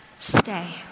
Stay